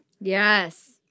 Yes